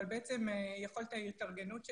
אבל בעצם יכולת ההתארגנות שלנו,